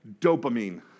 Dopamine